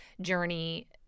journey